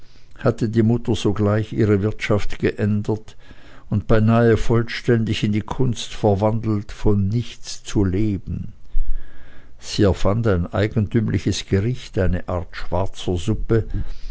hatte die mutter sogleich ihre wirtschaft geändert und beinahe vollständig in die kunst verwandelt von nichts zu leben sie erfand ein eigentümliches gericht eine art schwarzer suppe